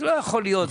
זה לא יכול להיות,